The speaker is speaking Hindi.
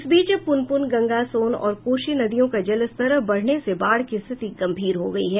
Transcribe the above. इस बीच पुनपुन गंगा सोन और कोशी नदियों का जल स्तर बढ़ने से बाढ़ की स्थिति गंभीर हो गई है